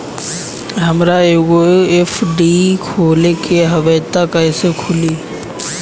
हमरा एगो एफ.डी खोले के हवे त कैसे खुली?